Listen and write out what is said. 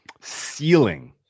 ceiling